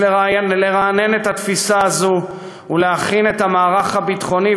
יש לרענן את התפיסה הזאת ולהכין את המערך הביטחוני